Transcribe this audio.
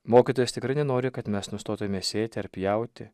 mokytojas tikrai nenori kad mes nustotume sėti ar pjauti